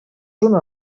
una